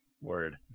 Word